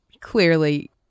Clearly